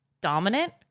dominant